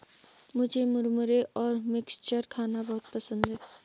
मुझे मुरमुरे और मिक्सचर खाना बहुत पसंद है